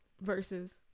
Versus